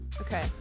Okay